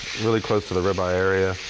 really close to the rib eye area.